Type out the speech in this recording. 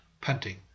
panting